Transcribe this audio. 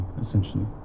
essentially